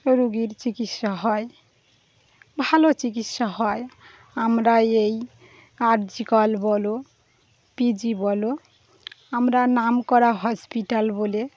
রোগীর চিকিৎসা হয় ভালো চিকিৎসা হয় আমরা এই আরজি কর বল পিজি বল আমরা নাম করা হসপিটাল বলে